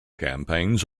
campaigns